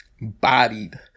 Bodied